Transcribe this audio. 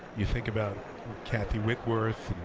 you think about cathy whitworth,